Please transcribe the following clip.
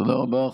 תודה רבה לכם.